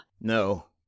No